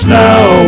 now